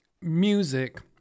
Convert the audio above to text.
music